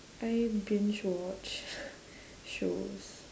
I binge watch shows